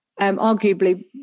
arguably